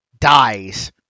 Dies